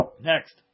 Next